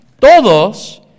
todos